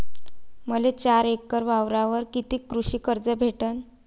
मले चार एकर वावरावर कितीक कृषी कर्ज भेटन?